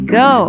go